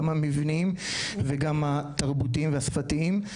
גם מבניים וגם התרבותיים והשפתיים.